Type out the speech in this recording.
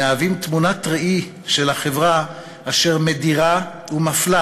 והם תמונת ראי של החברה אשר מדירה ומפלה